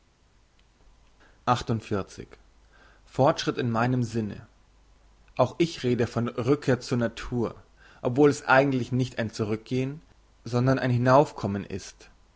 fortschritt in meinem sinne auch ich rede von rückkehr zur natur obwohl es eigentlich nicht ein zurückgehn sondern ein hinaufkommen ist